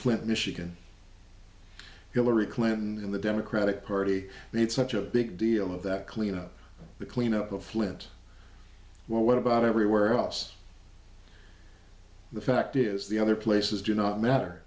flint michigan hillary clinton and the democratic party made such a big deal of that cleanup the cleanup of flint well what about everywhere else the fact is the other places do not matter